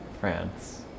France